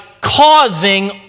causing